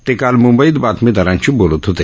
ते काल म्ंबईत बातमीदारांशी बोलत होते